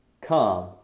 Come